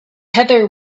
heather